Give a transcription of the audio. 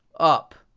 up,